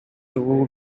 two